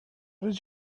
did